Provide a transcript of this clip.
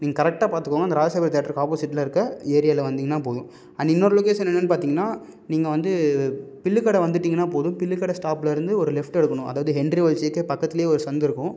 நீங்கள் கரெட்டாக பார்த்துக்கோங்க அந்த ராஜசபாதி தியேட்ருக்கு ஆப்போசிட்டில் இருக்க ஏரியாவில வந்திங்கன்னா போதும் அண்ட் இன்னொரு லொக்கேஷன் என்னன்று பார்த்திங்கனா நீங்கள் வந்து பில்லுக்கடை வந்துவிட்டிங்கனா போதும் பில்லுக்கடை ஸ்டாப்லருந்து ஒரு லெஃப்ட்டு எடுக்கணும் அதாவது ஹென்றி பக்கத்துலையே ஒரு சந்து இருக்கும்